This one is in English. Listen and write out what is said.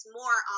more